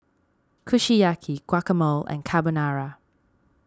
Kushiyaki Guacamole and Carbonara